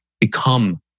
Become